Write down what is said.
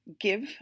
give